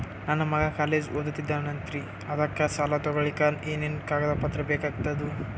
ನನ್ನ ಮಗ ಕಾಲೇಜ್ ಓದತಿನಿಂತಾನ್ರಿ ಅದಕ ಸಾಲಾ ತೊಗೊಲಿಕ ಎನೆನ ಕಾಗದ ಪತ್ರ ಬೇಕಾಗ್ತಾವು?